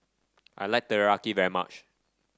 I like Teriyaki very much